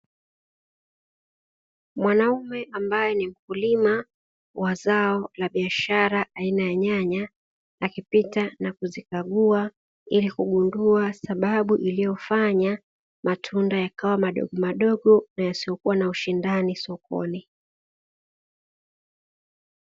Mwanaume ambaye ni mkulima wa zao la biashara aina ya nyanya akipita na kuzikagua, ili kugundua sababu iliyofanya matunda kubwa madogomadogo na yasiyokuwa na ushindani sokoni.